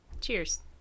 cheers